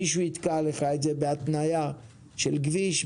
מישהו יתקע לך את זה בהתנייה של כביש,